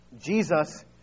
Jesus